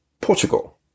Portugal